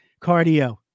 Cardio